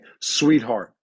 sweetheart